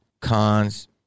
Cons